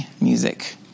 music